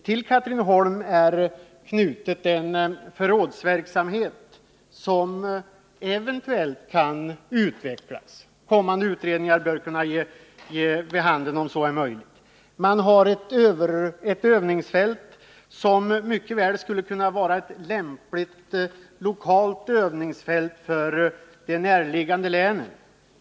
Till Katrineholmsanläggningen är knuten en förrådsverksamhet som eventuellt kan utvecklas — kommande utredningar bör kunna ge vid handen om så är möjligt. Där finns ett övningsfält som mycket väl skulle kunna vara ett lämpligt lokalt övningsfält för de närliggande länen.